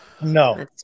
No